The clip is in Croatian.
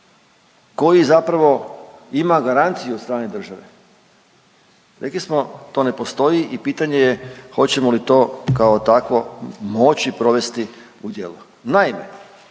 koji zapravo ima garanciju od strane države. Rekli smo to ne postoji i pitanje je hoćemo li to kao takvo moći provesti u djelo. Naime,